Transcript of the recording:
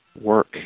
work